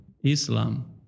Islam